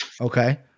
okay